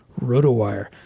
RotoWire